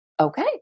Okay